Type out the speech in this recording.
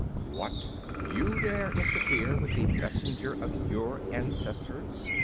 what you dare interfere with the messenger of your ancestors!